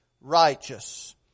righteous